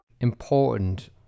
Important